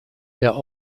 der